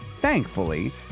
Thankfully